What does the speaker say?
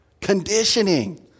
Conditioning